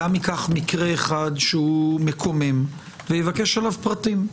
גם ייקח מקרה אחד שהוא מקומם ויבקש עליו פרטים.